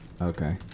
Okay